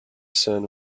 sun